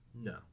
No